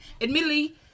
admittedly